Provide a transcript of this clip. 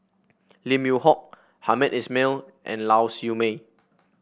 Lim Yew Hock Hamed Ismail and Lau Siew Mei